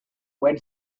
when